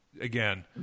again